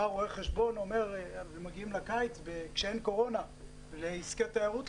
רואה חשבון אומר כשמגיעים לקיץ כשאין קורונה לעסקי התיירות,